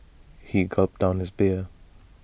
he gulped down his beer